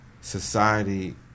society